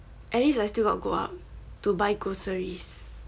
at least I still got go out to buy groceries